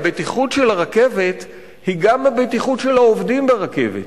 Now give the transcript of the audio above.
הבטיחות של הרכבת היא גם הבטיחות של העובדים ברכבת.